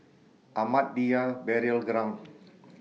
Ahmadiyya Burial Ground